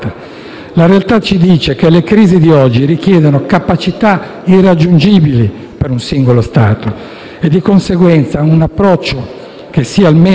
La realtà ci dice che le crisi di oggi richiedono capacità irraggiungibili per un singolo Stato e, di conseguenza, un approccio che sia almeno